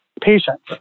patients